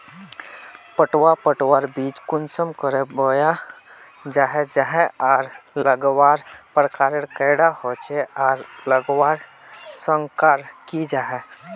पटवा पटवार बीज कुंसम करे बोया जाहा जाहा आर लगवार प्रकारेर कैडा होचे आर लगवार संगकर की जाहा?